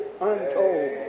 untold